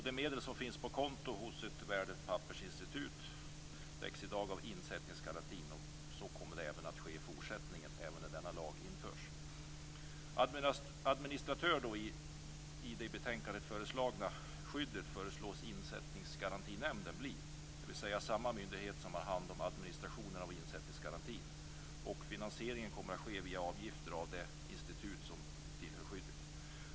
De medel som finns på konto hos ett värdepappersinstitut täcks i dag av insättningsgarantin. Så kommer att ske i fortsättningen även när denna lag införs. Administratören för det i betänkandet föreslagna skyddet föreslås Insättningsgarantinämnden bli, dvs. samma myndighet som har hand om administrationen av insättningsgarantin. Finansieringen kommer att ske via avgifter av det institut som omfattas av skyddet.